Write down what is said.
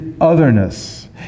otherness